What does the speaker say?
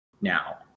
Now